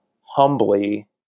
humbly